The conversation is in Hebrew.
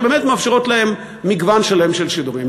שבאמת מאפשרות להם מגוון שלם של שידורים.